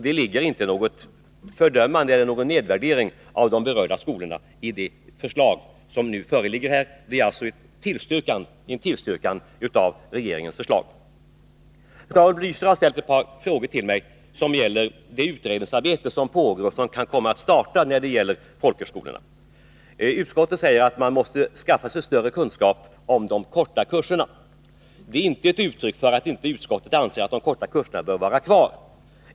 Det ligger inte någon nedvärdering av de berörda skolorna i det förslag som nu föreligger. Det innebär en tillstyrkan av regeringens förslag. Raul Blächer ställde ett par frågor till mig som gäller det utredningsarbete som pågår och som kan komma att starta när det gäller folkhögskolorna. Utskottet säger att man måste skaffa sig större kunskaper om de korta kurserna. Det är inte ett uttryck för att utskottet inte anser att de korta kurserna bör vara kvar.